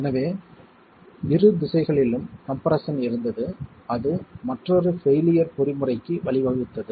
எனவே இரு திசைகளிலும் கம்ப்ரெஸ்ஸன் இருந்தது அது மற்றொரு பெயிலியர் பொறிமுறைக்கு வழிவகுத்தது